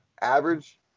Average